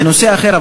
זה נושא אחר,